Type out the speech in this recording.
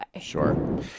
sure